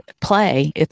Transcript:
play